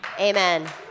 Amen